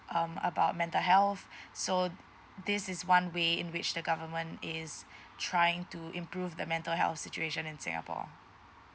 um about mental health so this is one way in which the government is trying to improve the mental health situation in singapore